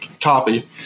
copy